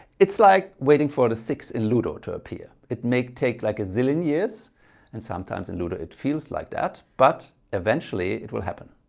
it's like waiting for the six in ludo to appear it may take like a zillion years and sometimes in ludo it feels like that but eventually it will happen.